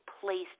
placed